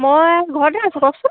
মই ঘৰতে আছোঁ কওকচোন